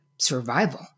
survival